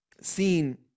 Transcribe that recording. seen